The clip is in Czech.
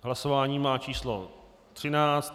Hlasování má číslo 13.